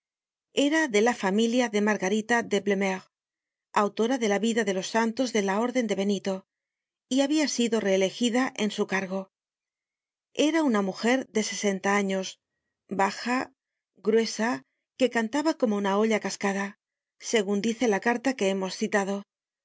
era de la familia de margarita de blemeur autora de la vida de los santos de la orden de benito y habia sido reelegida en su cargo era una mujer de sesenta años baja gruesa que cantaba como una olla cascada segun dice la carta que hemos citado por